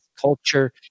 culture